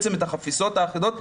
את החפיסות האחידות,